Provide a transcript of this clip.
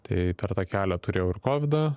tai per tą kelią turėjau ir kovidą